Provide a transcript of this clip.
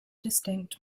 distinct